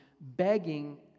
begging